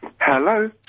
Hello